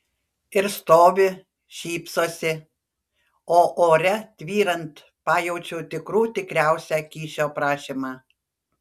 ir stovi šypsosi o ore tvyrant pajaučiau tikrų tikriausią kyšio prašymą